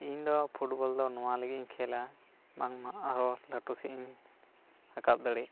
ᱤᱧ ᱫᱚ ᱯᱷᱩᱴᱵᱚᱞ ᱫᱚ ᱱᱚᱶᱟ ᱞᱟᱹᱜᱤᱫ ᱤᱧ ᱠᱷᱮᱞᱟ ᱵᱟᱝᱢᱟ ᱟᱨᱚ ᱞᱟᱹᱴᱩ ᱥᱮᱫ ᱤᱧ ᱨᱟᱠᱟᱵᱽ ᱫᱟᱲᱮᱜ